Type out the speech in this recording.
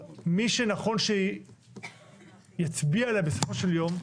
מי שנכון שיצביע עליו בסופו של יום,